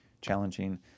challenging